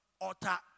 utter